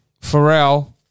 Pharrell